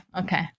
Okay